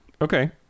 Okay